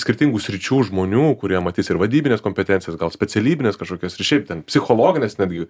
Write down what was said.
skirtingų sričių žmonių kurie matys ir vadybines kompetencijas gal specialybines kažkokios ir šiaip ten psichologines netgi